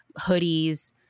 hoodies –